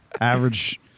average